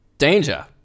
danger